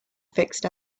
fixed